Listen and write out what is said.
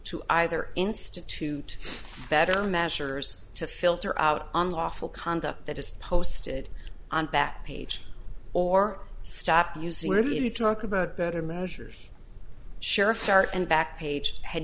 to either institute better measures to filter out unlawful conduct that is posted on that page or stop using revealing talk about better measures sheriff dart and back page had